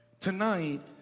Tonight